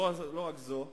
לא רק זו,